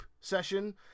session